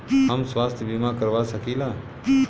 हम स्वास्थ्य बीमा करवा सकी ला?